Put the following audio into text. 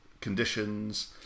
conditions